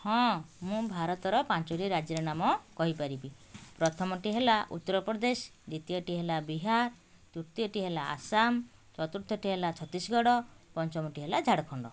ହଁ ମୁଁ ଭାରତର ପାଞ୍ଚଟି ରାଜ୍ୟର ନାମ କହିପାରିବି ପ୍ରଥମଟି ହେଲା ଉତ୍ତରପ୍ରଦେଶ ଦ୍ୱିତୀୟଟି ହେଲା ବିହାର ତୃତୀୟଟି ହେଲା ଆସାମ ଚତୁର୍ଥଟି ହେଲା ଛତିଶଗଡ଼ ପଞ୍ଚମଟି ହେଲା ଝାଡ଼ଖଣ୍ଡ